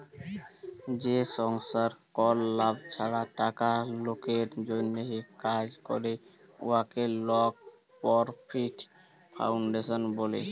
যে সংস্থার কল লাভ ছাড়া টাকা লকের জ্যনহে কাজ ক্যরে উয়াকে লল পরফিট ফাউল্ডেশল ব্যলে